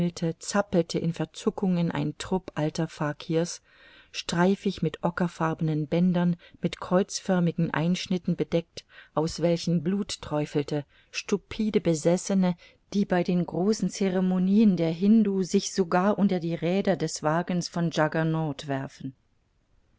zappelte in verzuckungen ein trupp alter fakirs streifig mit ockerfarbenen bändern mit kreuzförmigen einschnitten bedeckt aus welchen blut träufelte stupide besessene die bei den großen ceremonien der hindu sich sogar unter die räder des wagens von jaggernaut werfen